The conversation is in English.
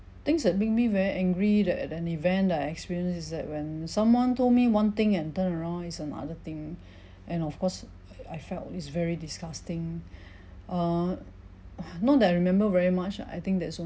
things that make me very angry that at an event I experienced is that when someone told me one thing and turn around is another thing and of course I felt is very disgusting err not that I remember very much I think that's